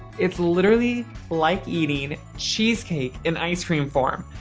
it's literally like eating cheesecake in ice cream form.